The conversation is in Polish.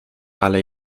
ale